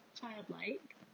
Childlike